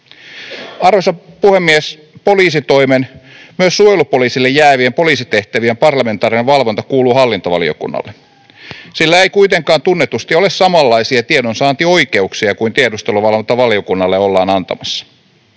Arvoisa puhemies! Poliisitoimen, myös suojelupoliisille jäävien poliisitehtävien, parlamentaarinen valvonta kuuluu hallintovaliokunnalle. Sillä ei kuitenkaan tunnetusti ole samanlaisia tiedonsaantioikeuksia kuin tiedusteluvalvontavaliokunnalle ollaan antamassa,